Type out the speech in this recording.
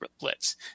Blitz